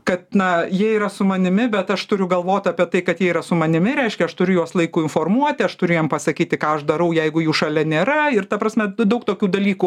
kad na jie yra su manimi bet aš turiu galvot apie tai kad jie yra su manimi reiškia aš turiu juos laiku informuoti aš turiu jiem pasakyti ką aš darau jeigu jų šalia nėra ir ta prasme daug tokių dalykų